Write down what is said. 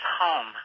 home